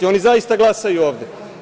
Oni zaista glasaju ovde.